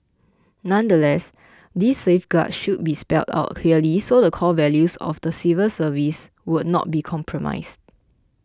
nonetheless these safeguards should be spelled out clearly so the core values of the civil service would not be compromised